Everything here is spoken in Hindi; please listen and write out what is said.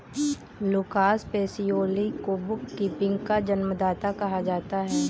लूकास पेसियोली को बुक कीपिंग का जन्मदाता कहा जाता है